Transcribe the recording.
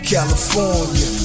California